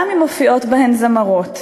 גם אם מופיעות בהם זמרות.